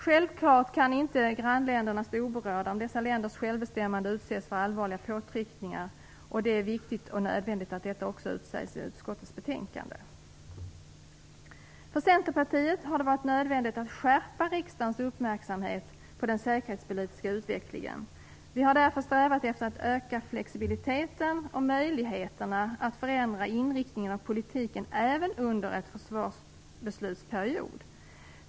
Självklart kan inte grannländerna stå oberörda om dessa länders självbestämmande utsätts för allvarliga påtryckningar. Det är viktigt och nödvändigt att detta utsägs i utskottets betänkande. För Centerpartiet har det varit nödvändigt att skärpa riksdagens uppmärksamhet på den säkerhetspolitiska utvecklingen. Vi har därför strävat efter att öka flexibiliteten och möjligheterna att förändra inriktningen av politiken även under en försvarsbeslutsperiod.